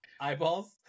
eyeballs